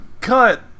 cut